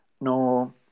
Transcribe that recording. No